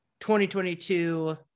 2022